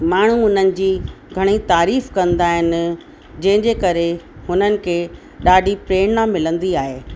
माण्हू हुननि जी घणी तारीफ़ कंदा आहिनि जंहिंजे करे हुननि खे ॾाढी प्रेरणा मिलंदी आहे